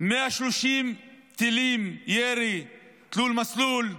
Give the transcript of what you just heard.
130 טילים ירי תלול מסלול,